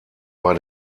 war